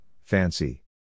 fancy